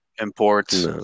imports